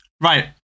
right